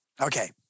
Okay